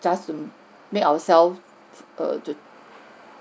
just to made ourselves err to